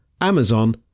Amazon